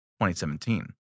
2017